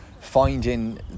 finding